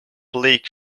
bleak